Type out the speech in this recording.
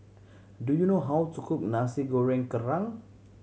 do you know how to cook Nasi Goreng Kerang